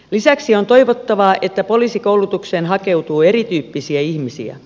lisäksi on toivottavaa että poliisikoulutukseen hakeutuu erityyppisiä ihmisiä